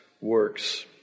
works